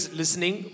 listening